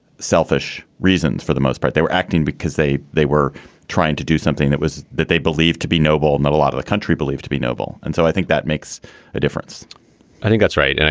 selfish reasons. for the most part. they were acting because they they were trying to do something that was that they believed to be noble and that a lot of the country believed to be noble. and so i think that makes a difference i think that's right. and